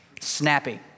snappy